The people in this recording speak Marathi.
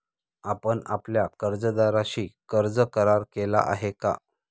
आपण आपल्या कर्जदाराशी कर्ज करार केला आहे का?